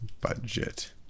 budget